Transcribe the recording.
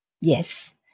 yes